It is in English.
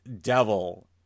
devil